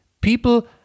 People